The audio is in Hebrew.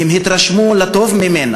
הם התרשמו ממנה לטובה,